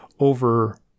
over